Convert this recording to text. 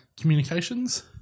communications